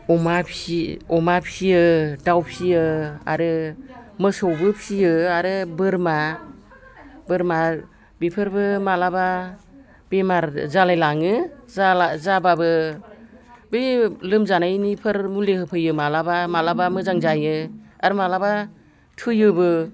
अमा फिसियो दाउ फिसियो आरो मोसौबो फियो आरो बोरमा बोरमा बेफोरबो माब्लाबा बेमार जालाय लाङो जाबाबो बे लोमजानायनिफोर मुलि होफैयो माब्लाबा माब्लाबा मोजां जायो आरो माब्लाबा थैयोबो